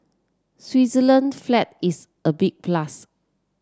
Switzerland flag is a big plus